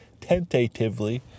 tentatively